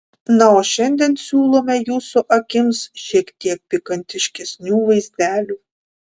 na o šiandien siūlome jūsų akims šiek tiek pikantiškesnių vaizdelių